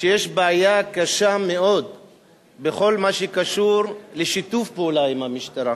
שיש בעיה קשה מאוד בכל מה שקשור לשיתוף פעולה עם המשטרה.